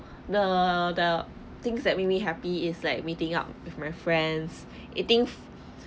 the the things that make me happy is like meeting up with my friends eating